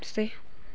यस्तै